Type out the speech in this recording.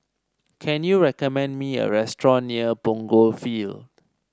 can you recommend me a restaurant near Punggol Field